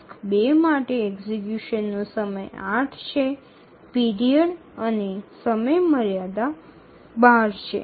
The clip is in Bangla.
টাস্ক ২ এর জন্য কার্যকর করার সময় ৮ হয় সময়কাল এবং সময়সীমা ১২ হয়